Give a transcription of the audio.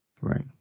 Right